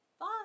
Bye